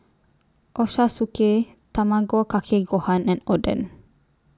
Ochazuke Tamago Kake Gohan and Oden